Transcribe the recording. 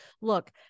look